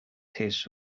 his